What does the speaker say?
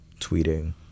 tweeting